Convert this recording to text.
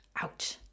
Ouch